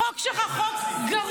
החוק שלך הוא חוק גרוע.